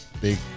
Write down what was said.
big